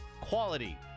quality